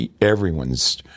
everyone's